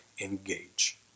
engage